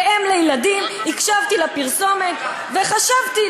כאם לילדים הקשבתי לפרסומת וחשבתי,